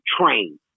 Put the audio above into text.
train